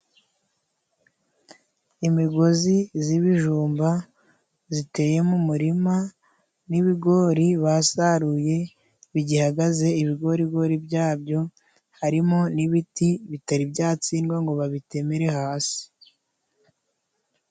Imigozi z'ibijumba ziteye mu murima n'ibigori basaruye bigihagaze ibigorigori byabyo, harimo n'ibiti bitari byatsindwa ngo babitemerere hasi.